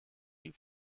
die